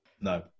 No